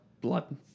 Blood